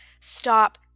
stop